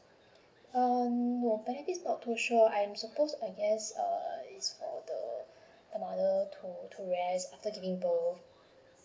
uh no apparently not too sure I'm suppose I guess uh the is for the mother to to rest after giving birth